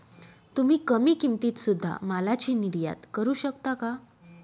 तुम्ही कमी किमतीत सुध्दा मालाची निर्यात करू शकता का